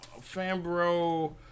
Fambro